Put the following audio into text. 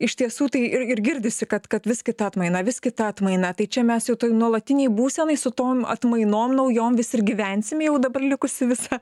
iš tiesų tai ir ir girdisi kad kad vis kita atmaina vis kita atmaina tai čia mes jau toj nuolatinėj būsenoj su tom atmainom naujom vis ir gyvensim jau dabar likusį visą